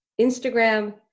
Instagram